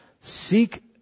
Seek